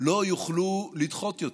לא יוכלו לדחות יותר.